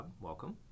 Welcome